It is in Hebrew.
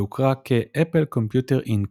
והוכרה כ-״Apple Computer Inc"